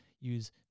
use